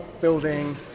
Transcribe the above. building